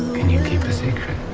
can you keep a secret?